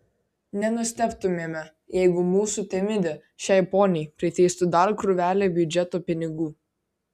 nenustebtumėme jeigu mūsų temidė šiai poniai priteistų dar krūvelę biudžeto pinigų